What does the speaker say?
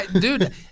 Dude